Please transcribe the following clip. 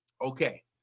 Okay